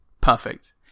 Perfect